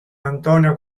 antonio